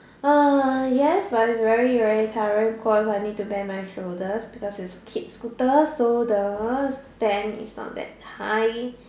uh yes but it's very very tiring because I need to bend my shoulders cause it's kid scooter so the bend is not that high